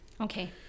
okay